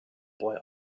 boy